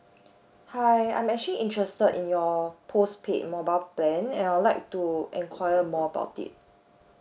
hi I'm actually interested in your postpaid mobile plan and I would like to enquire more about it